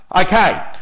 Okay